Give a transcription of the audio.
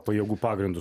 pajėgų pagrindu